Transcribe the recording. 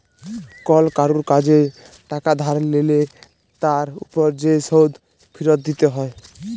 call কারুর কাজে টাকা ধার লিলে তার উপর যে শোধ ফিরত দিতে হ্যয়